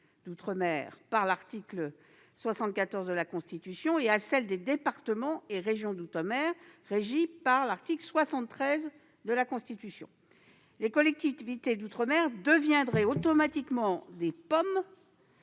d'outre-mer, régies par l'article 74 de la Constitution, et aux départements et régions d'outre-mer (DROM), régis par l'article 73 de la Constitution. Les collectivités d'outre-mer deviendraient automatiquement des POM